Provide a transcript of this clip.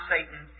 Satan